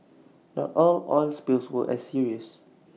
not all oil spills were as serious